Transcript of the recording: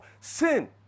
sin